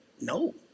no